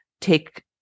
take